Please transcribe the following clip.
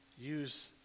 use